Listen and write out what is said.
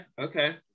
okay